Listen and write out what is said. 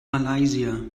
malaysia